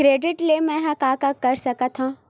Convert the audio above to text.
Credit ले मैं का का कर सकत हंव?